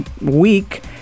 week